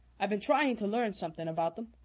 i've been trying to learn something about them.